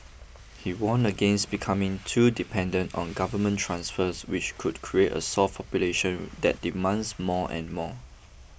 he warned against becoming too dependent on government transfers which would create a soft population that demands more and more